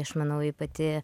aš manau ji pati